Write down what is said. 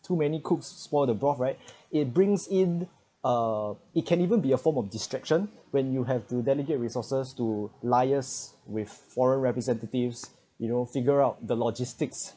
too many cooks spoil the broth right it brings in uh it can even be a form of distraction when you have to delegate resources to liaise with foreign representatives you know figure out the logistics